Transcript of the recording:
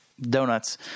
donuts